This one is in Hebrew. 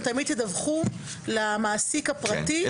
תמיד תדווחו למעסיק הפרטי שנפתחה חקירה נגד העובד שלו.